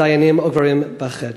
שהדיינים עוברים בחדר.